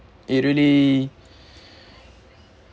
it really